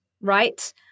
right